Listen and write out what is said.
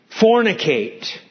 fornicate